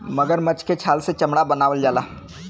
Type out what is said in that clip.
मगरमच्छ के छाल से चमड़ा बनावल जाला